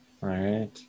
right